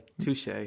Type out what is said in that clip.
Touche